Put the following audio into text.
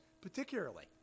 particularly